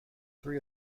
three